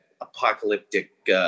apocalyptic